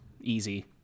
Easy